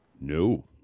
No